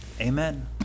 Amen